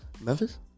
Memphis